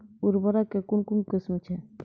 उर्वरक कऽ कून कून किस्म छै?